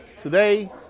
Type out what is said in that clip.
Today